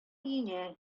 өенә